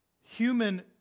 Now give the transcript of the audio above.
Human